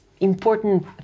important